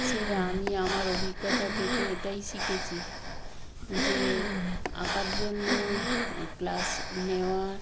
সে আমি আমার অভিজ্ঞতা থেকে এটাই শিখেছি যে আঁকার জন্য ক্লাস নেওয়া